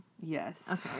Yes